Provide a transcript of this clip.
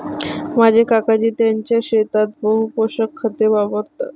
माझे काकाजी त्यांच्या शेतात बहु पोषक खते वापरतात